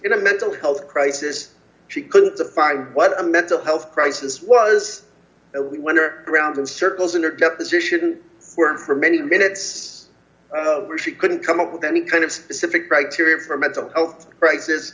in a mental health crisis she couldn't supply what a mental health crisis was and we wonder around in circles in her deposition were for many minutes she couldn't come up with any kind of specific criteria for mental health crisis